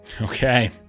Okay